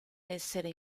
essere